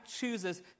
chooses